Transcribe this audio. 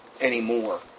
anymore